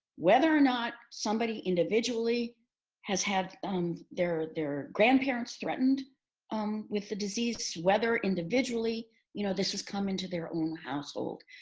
whether or not somebody individually has had um their their grandparents threatened um with the disease, whether individually you know this has coming to their own household.